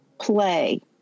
play